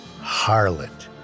Harlot